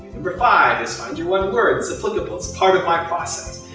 number five is find your one word. it's applicable. it's part of my process.